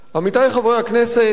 עמיתי חברי הכנסת,